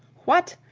what!